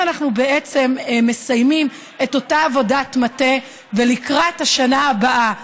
אנחנו בעצם מסיימים את אותה עבודת מטה לקראת השנה הבאה.